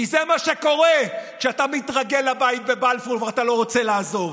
כי זה מה שקורה כשאתה מתרגל לבית בבלפור ואתה לא רוצה לעזוב.